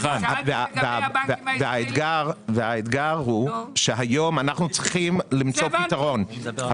והאתגר הוא שהיום אנחנו צריכים למצוא פתרון.